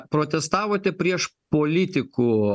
protestavote prieš politikų